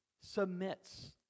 submits